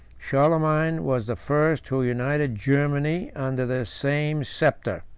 charlemagne was the first who united germany under the same sceptre.